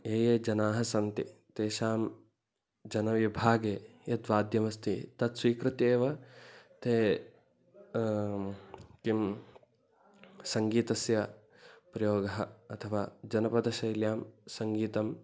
ये ये जनाः सन्ति तेषां जनविभागे यत्वाद्यमस्ति तत्स्वीकृत्य एव ते किं सङ्गीतस्य प्रयोगः अथवा जनपदशैल्यां सङ्गीतं